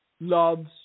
loves